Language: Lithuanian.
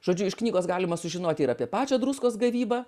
žodžiu iš knygos galima sužinoti ir apie pačią druskos gavybą